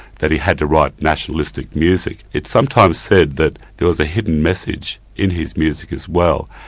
that he had to write nationalistic music. it's sometimes said that there was a hidden message in his music as well.